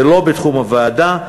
זה לא בתחום הוועדה,